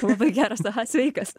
labai geras aha sveikas